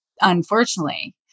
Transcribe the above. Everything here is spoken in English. unfortunately